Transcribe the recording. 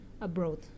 abroad